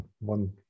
one